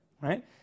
right